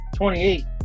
28